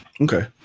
Okay